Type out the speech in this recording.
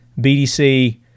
BDC